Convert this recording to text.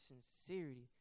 sincerity